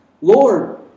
Lord